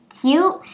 cute